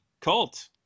Colt